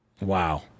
Wow